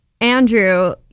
andrew